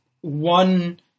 one